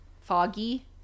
foggy